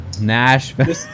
Nashville